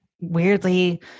weirdly